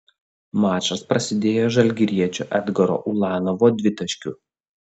mačas prasidėjo žalgiriečio edgaro ulanovo dvitaškiu